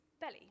belly